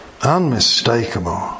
Unmistakable